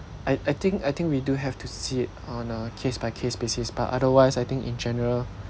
I I think I think we do have to see it on a case by case basis but otherwise I think in general